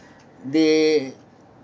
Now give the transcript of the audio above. they